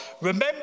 remember